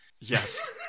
Yes